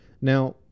Now